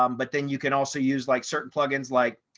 um but then you can also use like certain plugins like